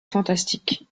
fantastique